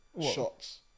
shots